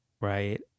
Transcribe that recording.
right